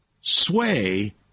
sway